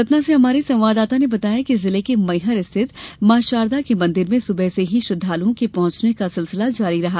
सतना से हमारे संवाददाता ने बताया है कि जिले के मैहर स्थित मॉ शारदा के मंदिर में सुबह से ही श्रद्धालुओं के पहॅचने का सिलसिला जारी रहा